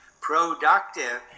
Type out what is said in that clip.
productive